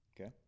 Okay